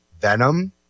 Venom